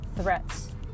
threats